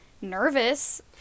nervous